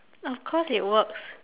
of course it works